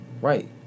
Right